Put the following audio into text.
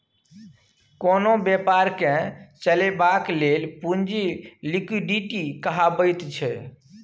कोनो बेपारकेँ चलेबाक लेल पुंजी लिक्विडिटी कहाबैत छै